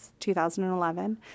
2011